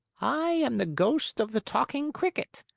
i am the ghost of the talking cricket,